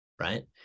right